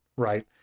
Right